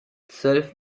zwölf